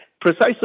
precisely